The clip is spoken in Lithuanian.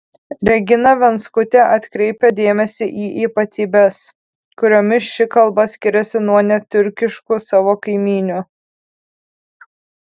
regina venckutė atkreipia dėmesį į ypatybes kuriomis ši kalba skiriasi nuo netiurkiškų savo kaimynių